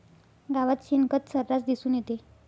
गावात शेणखत सर्रास दिसून येते